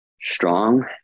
strong